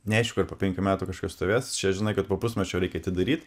neaišku ar po penkių metų kažkas stovės čia žinai kad po pusmečio reikia atidaryt